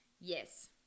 Yes